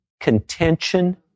contention